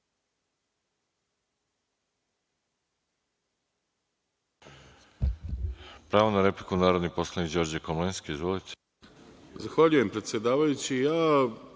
Pravo na repliku, narodni poslanik Đorđe Komlenski. **Đorđe